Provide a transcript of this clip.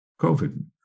COVID